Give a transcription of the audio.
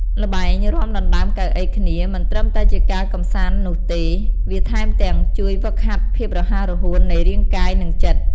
ល្បែងរាំដណ្តើមកៅអីគ្នា មិនត្រឹមតែជាការកម្សាន្តនោះទេ វាតែថែមទាំងជួយហ្វឹកហាត់ភាពរហ័សរហួននៃរាងកាយ និងចិត្ត។